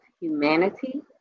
humanity